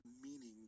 meaning